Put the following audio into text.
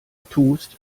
tust